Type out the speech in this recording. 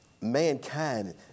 mankind